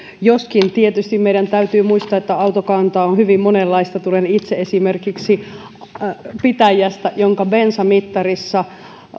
joskin tietysti meidän täytyy muistaa että autokantaa on hyvin monenlaista esimerkiksi itse tulen pitäjästä jonka bensamittarissa